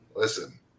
listen